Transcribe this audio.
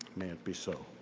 may it be so.